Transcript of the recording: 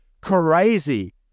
crazy